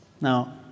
Now